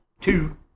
Two